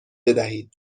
بدهید